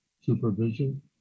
supervision